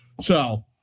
So-